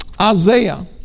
Isaiah